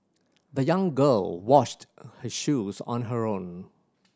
the young girl washed her shoes on her own